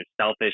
selfish